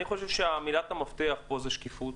אני חושב שמילת המפתח פה היא שקיפות,